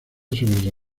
sobre